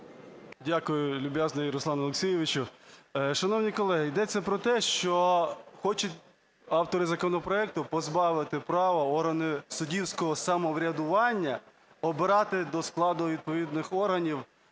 Дякую люб'язно, Руслане Олексійовичу. Шановні колеги, йдеться про те, що хочуть автори законопроекту позбавити права органи суддівського самоврядування обирати до складу відповідних органів